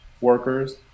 workers